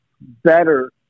better